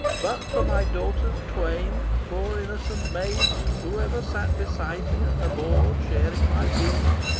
but for my daughters twain, poor innocent maids, who ever sat beside me at the board sharing my viands,